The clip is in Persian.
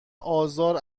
آزار